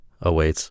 awaits